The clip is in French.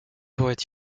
pourrait